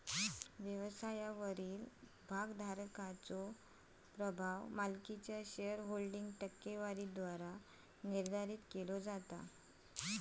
व्यवसायावरील भागोधारकाचो प्रभाव मालकीच्यो शेअरहोल्डिंग टक्केवारीद्वारा निर्धारित केला जाता